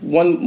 one